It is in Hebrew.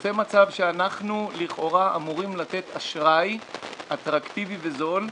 יוצא מצב שאנחנו לכאורה אמורים לתת אשראי אטרקטיבי וזול,